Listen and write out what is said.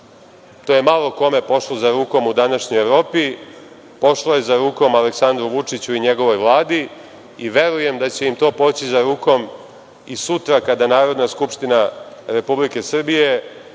To je malo kome pošlo za rukom u današnjoj Evropi. Pošlo je za rukom Aleksandru Vučiću i njegovoj Vladi i verujem da će im to poći za rukom i sutra kada Narodna skupština Republike Srbije